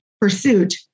pursuit